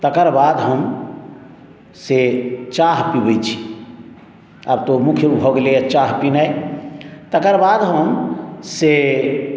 तकर बाद हम से चाह पिबै छी आब तऽ ओ मुख्य भऽ गेलैए चाह पिनाइ तकर बाद हम से